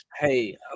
Hey